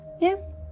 Yes